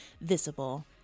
visible